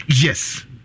Yes